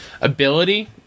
ability